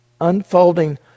unfolding